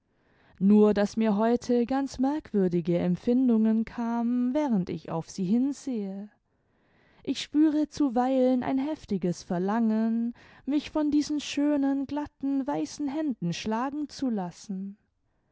nur daß mir heute ganz merkwür üge empfindimgen kamen während ich auf sie hinsehe ich spüre zuweilen ein heftiges verlangen mich von diesen schönen glatten weißen händen schlagen zu lassen